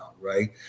right